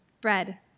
Bread